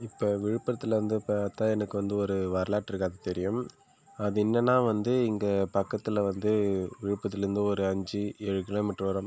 இப்போ விழுப்புரத்தில் வந்து பார்த்தா எனக்கு வந்து ஒரு வரலாற்றுலாம் தெரியும் அது என்னென்னா வந்து இங்கே பக்கத்தில் வந்து விழுப்புரத்திலேருந்து ஒரு அஞ்சு ஏழு கிலோமீட்டர் வரும்